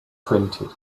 printed